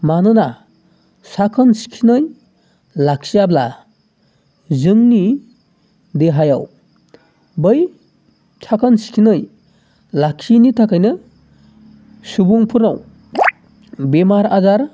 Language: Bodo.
मानोना साखोन सिखोनै लाखियाब्ला जोंनि देहायाव बै साखोन सिखोनै लाखियिनि थाखायनो सुबुंफोरनाव बेमार आजार